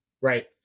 right